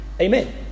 Amen